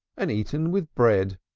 and eaten with bread.